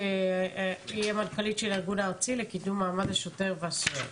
היא המנכ"לית של הארגון הארצי לקידום מעמד השוטר והסוהר.